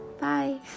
bye